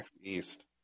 east